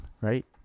right